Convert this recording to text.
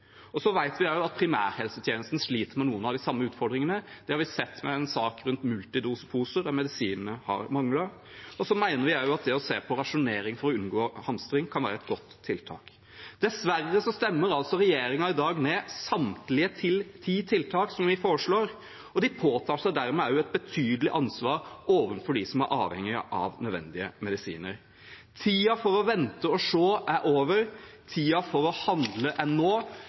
Vi vet også at primærhelsetjenesten sliter med noen av de samme utfordringene. Vi har sett en sak om multidoseposer der medisinene har manglet. Vi mener også at det å se på rasjonering for å unngå hamstring kan være et godt tiltak. Dessverre stemmer regjeringspartiene i dag ned samtlige ti tiltak som vi foreslår. De påtar seg dermed et betydelig ansvar overfor dem som er avhengige av nødvendige medisiner. Tiden for å vente og se er over. Tiden for å handle er nå